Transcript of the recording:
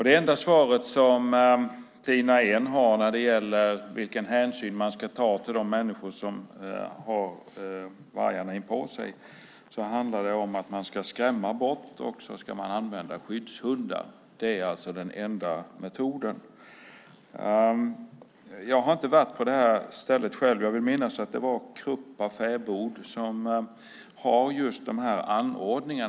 Det enda svar Tina Ehn har beträffande vilken hänsyn man ska ta till de människor som har vargarna inpå sig är att skrämma bort vargarna och använda skyddshundar. Det är den enda metoden. Jag har inte varit där själv men jag vill minnas att det är Kruppa fäbod som har sådana anordningar.